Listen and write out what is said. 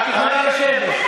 את יכולה לשבת.